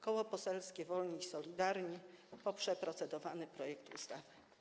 Koło poselskie Wolni i Solidarni poprze procedowany projekt ustawy.